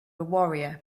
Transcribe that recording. warrior